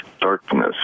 darkness